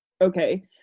Okay